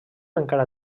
encara